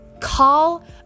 call